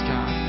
God